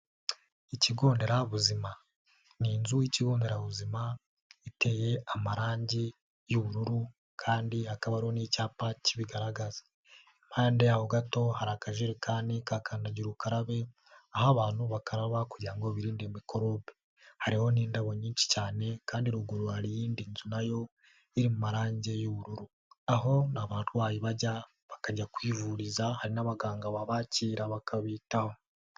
Ikigo nderabuzima, ni inzu y'ikigo nderabuzima iteye amarangi y'ubururu kandi hakaba hariho n'icyapa kibigaragaza, impande y'aho gato hari akajerekani ka kandagira ukarabe aho abantu bakarabaku kugira ngo birinde mikorobe, hariho n'indabo nyinshi cyane kandi ruguru hari iyindi nzu na yo iri mu marange y'ubururu, aho abarwayi bajya bakajya kwivuriza hari n'abaganga babakira bakabitaho.